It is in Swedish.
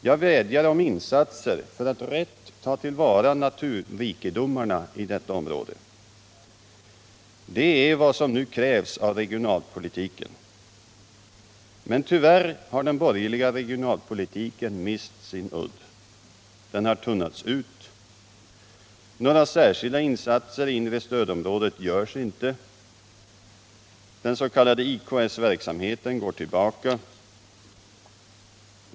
Jag vädjar om insatser för att rätt ta till vara naturrikedomarna i detta område. Det är vad som nu krävs av regionalpolitiken. Men tyvärr har den borgerliga regionalpolitiken mist sin udd. Den har tunnats ut. Några särskilda insatser i inre stödområdet görs inte. Den s.k. IKS verksamheten går tillbaka.